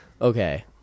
Okay